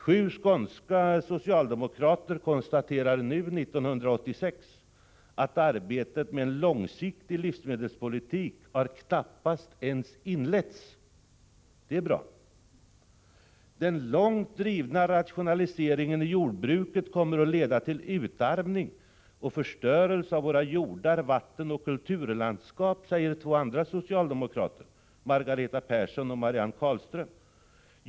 Sju skånska socialdemokrater konstaterar nu, 1986, att arbetet med en långsiktig livsmedelspolitik har knappast ens inletts. Det är bra. Den långt drivna rationaliseringen i jordbruket kommer att leda till utarmning och förstörelse av våra jordar, vatten och kulturlandskap, säger två andra socialdemokrater, Margareta Persson och Marianne Carlström.